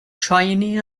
shiny